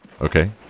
okay